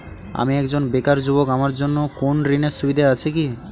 আমি একজন বেকার যুবক আমার জন্য কোন ঋণের সুবিধা আছে কি?